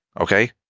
okay